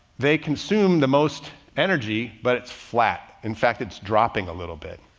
they consume the most energy, but it's flat. in fact, it's dropping a little bit